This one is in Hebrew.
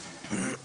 שלום,